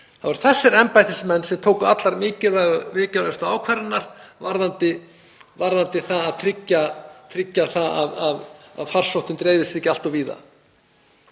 Það voru þessir embættismenn sem tóku allar mikilvægustu ákvarðanirnar varðandi það að tryggja að farsóttin dreifðist ekki allt of víða.